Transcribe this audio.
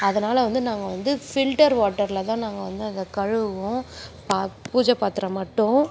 அதனால் வந்து நாங்கள் வந்து ஃபில்டர் வாட்டரில் தான் நாங்கள் வந்து அதை கழுவுவோம் பா பூஜை பாத்திரம் மட்டும்